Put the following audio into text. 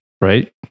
right